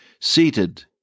seated